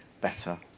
better